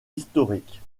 historiques